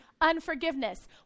unforgiveness